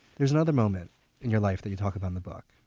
there's another moment in your life that you talk about in the book.